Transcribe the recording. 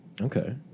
Okay